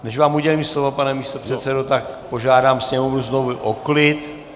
Než vám udělím slovo, pane místopředsedo, tak požádám sněmovnu znovu o klid.